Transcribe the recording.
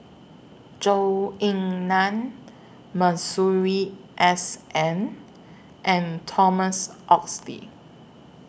Zhou Ying NAN Masuri S N and Thomas Oxley